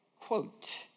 quote